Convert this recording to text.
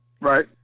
right